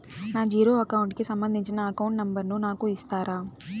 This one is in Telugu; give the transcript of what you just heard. నా జీరో అకౌంట్ కి సంబంధించి అకౌంట్ నెంబర్ ను నాకు ఇస్తారా